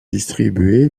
distribué